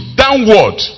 downward